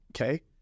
Okay